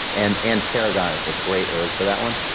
and and tarragon is a great herb for that one.